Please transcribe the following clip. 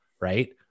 Right